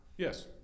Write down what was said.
Yes